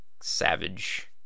savage